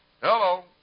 Hello